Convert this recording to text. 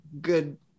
good